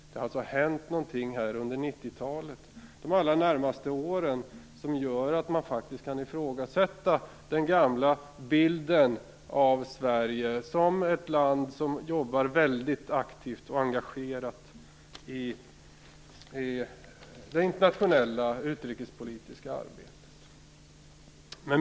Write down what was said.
Det har hänt något under 1990-talet som gör att man kan ifrågasätta den gamla bilden av Sverige som ett land som arbetar aktivt och engagerat i det internationella utrikespolitiska arbetet.